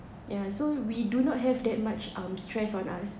yeah so we do not have that much um stress on us